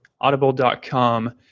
audible.com